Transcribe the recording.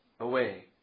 Away